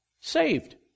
saved